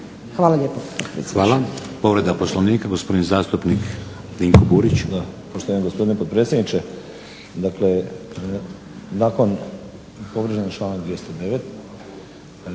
Hvala lijepo. Članak